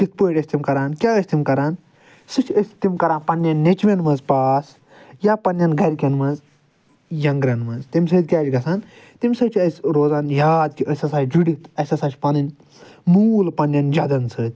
تِتھ پٲٹھۍ ٲسۍ تِم کران کیٚاہ ٲسۍ تِم کران سُہ چھُِ أسۍ تِم کران پنٕنٮ۪ن نیٚچوٮ۪ن منٛز پاس یا پنٕنٮ۪ن گرکٮ۪ن منٛز ینگرن منٛز تمہِ سۭتۍ کیٚاہ چھُ گژھان تمہِ سۭتۍ چھُ اسہِ روزان یاد کہِ أسۍ ہسا چھِ جُڑِتھ اسہِ ہسا چھُ پنٕنۍ موٗل پنٕنٮ۪ن جدن سۭتۍ